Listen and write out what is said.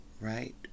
right